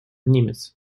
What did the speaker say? немец